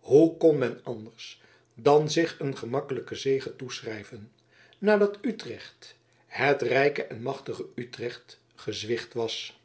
hoe kon men anders dan zich een gemakkelijke zege toeschrijven nadat utrecht het rijke en machtige utrecht gezwicht was